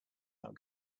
not